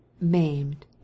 maimed